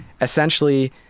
essentially